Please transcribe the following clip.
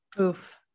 Oof